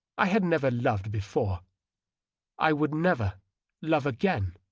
i had never loved before i would never love again